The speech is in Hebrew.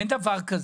אין דבר כזה.